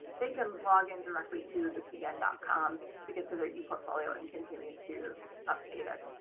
they can log in directly to the cnn dot com to get to their eportfolio and continue to update it.